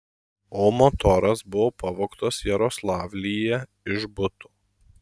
o motoras buvo pavogtas jaroslavlyje iš buto